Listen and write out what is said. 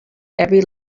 every